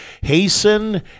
hasten